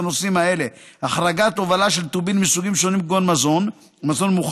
את הנושאים האלה: החרגת הובלה של טובין מסוגים שונים כגון מזון מוכן